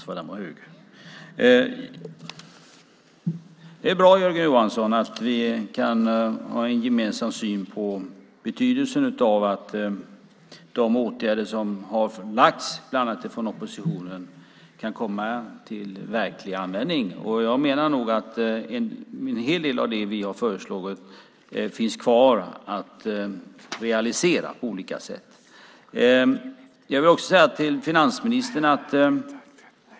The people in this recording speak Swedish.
Herr talman! Det är bra, Jörgen Johansson, att vi kan ha en gemensam syn på betydelsen av att de åtgärder som bland annat oppositionen har föreslagit kan komma till verklig användning. Jag menar att en hel del av det som vi har föreslagit finns kvar att realisera på olika sätt.